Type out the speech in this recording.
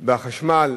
בחשמל.